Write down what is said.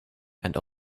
and